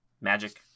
Magic